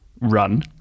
run